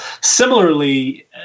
Similarly